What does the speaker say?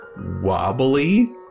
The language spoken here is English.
wobbly